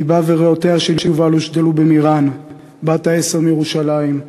לבה וריאותיה של יובל הושתלו במיראן בת העשר מירושלים,